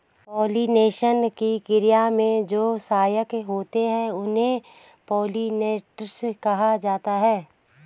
pollination की क्रिया में जो सहायक होते हैं उन्हें पोलिनेटर्स कहा जाता है